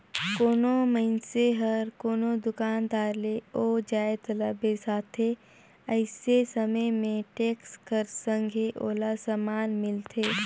कोनो मइनसे हर कोनो दुकानदार ले ओ जाएत ल बेसाथे अइसे समे में टेक्स कर संघे ओला समान मिलथे